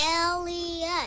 Elliot